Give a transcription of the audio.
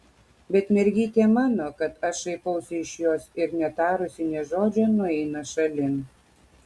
bet mergytė mano kad aš šaipausi iš jos ir netarusi nė žodžio nueina šalin